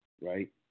Right